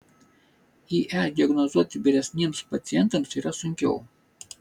ie diagnozuoti vyresniems pacientams yra sunkiau